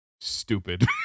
stupid